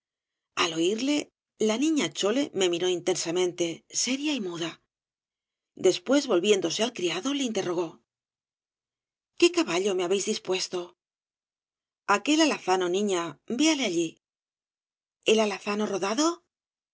al oirle la niña chole me miró intensamente seria y muda después volviéndose al criado le interrogó qué caballo me habéis dispuesto aquel alazano niña véale allí el alazano rodado qué